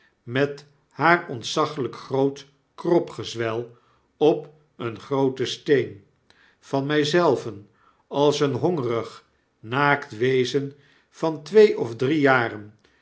met haar ontzaglyk groot kropgezwel op een grooten steen van my zelven als een hongerig naakt wezen van twee of drie jaren